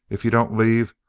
if you don't leave,